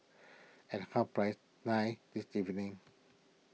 at half press nine this evening